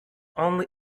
only